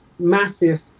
Massive